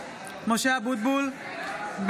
(קוראת בשמות חברי הכנסת) משה אבוטבול, בעד